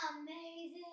Amazing